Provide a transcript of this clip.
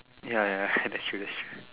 ya ya ya that's true that's true